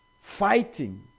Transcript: Fighting